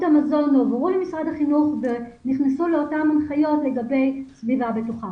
המזון הועברו למשרד החינוך ונכנסו לאותן הנחיות לגבי סביבה בטוחה.